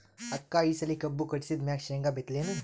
ಅಕ್ಕ ಈ ಸಲಿ ಕಬ್ಬು ಕಟಾಸಿದ್ ಮ್ಯಾಗ, ಶೇಂಗಾ ಬಿತ್ತಲೇನು?